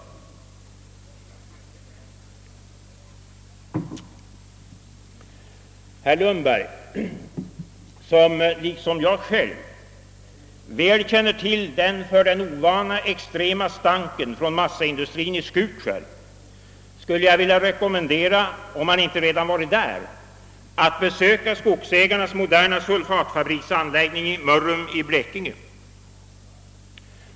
Herr Lundberg, som liksom jag själv väl känner till den för den ovane extrema stanken från massaindustrien i Skutskär, skulle jag vilja rekommendera — om han inte redan har varit där — att besöka skogsägarnas moderna sulfatfabriksanläggning i Mörrum i Blekinge.